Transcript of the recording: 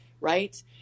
right